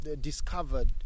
discovered